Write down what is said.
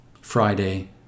Friday